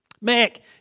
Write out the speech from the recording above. Mac